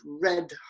red